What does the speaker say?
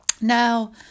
Now